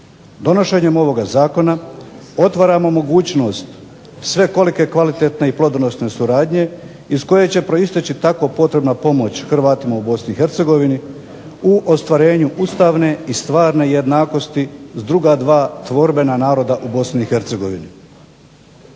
Donošenjem ovoga zakona otvaramo mogućnost svekolike kvalitetne i plodonosne suradnje iz koje će proisteći tako potrebna pomoć Hrvatima u BiH u ostvarenju ustavne i stvarne jednakosti s druga dva tvorbena naroda u BiH.